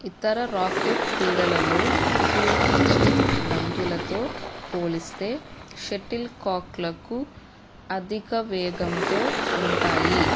ఇతర ర్యాకెట్ క్రీడలలో ఉపయోగించే బంతులతో పోలిస్తే షటిల్ కాక్లకు అధిక వేగంతో ఉంటాయి